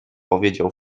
powiedział